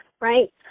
right